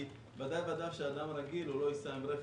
כי ודאי שאדם רגיל הוא לא ייסע עם הרכב.